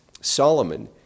Solomon